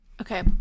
Okay